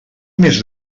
més